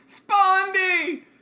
Spondy